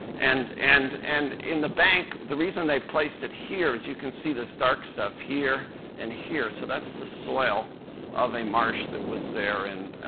and and and in the bank the reason they've placed it here as you can see this dark stuff here and here. so that's the soil of a marsh that was there in